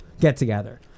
get-together